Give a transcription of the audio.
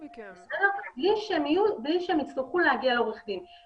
בלי שהם יצטרכו להגיע לעורך דין.